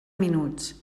minuts